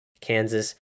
Kansas